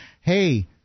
Hey